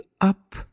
up